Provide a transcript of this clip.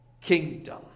kingdom